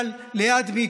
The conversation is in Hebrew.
מי היה ליד מי,